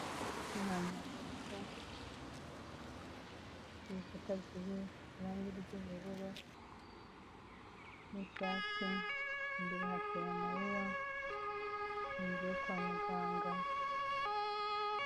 Ni ahantu hari inzu ifite ibikuta bisize irangi ry'ubururu n'icyatsi, imbere hateye amawuwa, ni inzu yo kwa muganga.